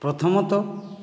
ପ୍ରଥମତଃ